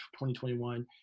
2021